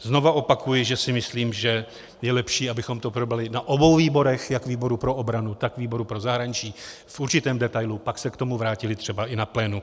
Znova opakuji, že si myslím, že je lepší, abychom to probrali na obou výborech, jak výboru pro obranu, tak výboru pro zahraničí, v určitém detailu a pak se k tomu vrátili třeba i na plénu.